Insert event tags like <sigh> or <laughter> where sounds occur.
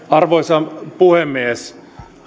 <unintelligible> arvoisa puhemies